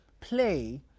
play